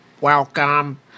Welcome